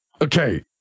Okay